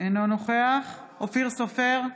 אינו נוכח אופיר סופר,